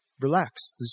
relax